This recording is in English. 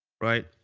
right